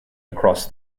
across